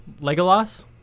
Legolas